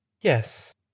Yes